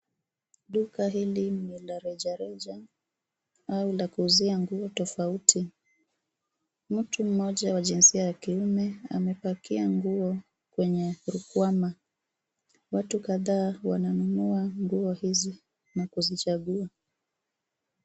Duka hili ni la rejareja au la kuuzia nguo tofauti. Mtu mmoja wa jinsia ya kiume anapakia nguo kwenye rukwama. Watu kadhaa wananunua nguo hizi na kuzichagua.